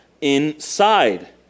inside